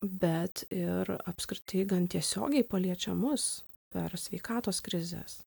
bet ir apskritai gan tiesiogiai paliečia mus per sveikatos krizes